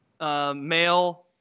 male